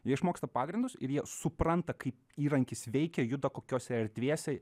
jie išmoksta pagrindus ir jie supranta kaip įrankis veikia juda kokiose erdvėse